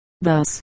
Thus